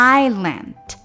island 。